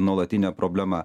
nuolatinė problema